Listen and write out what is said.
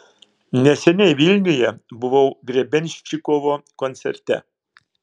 neseniai vilniuje buvau grebenščikovo koncerte